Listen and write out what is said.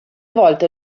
volte